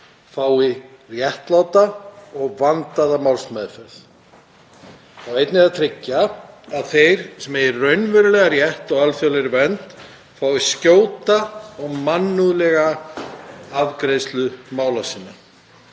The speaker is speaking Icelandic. fái réttláta og vandaða málsmeðferð“ og einnig að tryggja „að þeir sem raunverulega eiga rétt á alþjóðlegri vernd fái skjóta og mannúðlega afgreiðslu mála sinna“.